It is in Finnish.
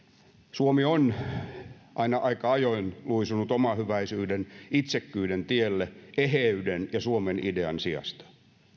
suomi on aina aika ajoin luisunut omahyväisyyden itsekkyyden tielle eheyden ja suomen idean sijasta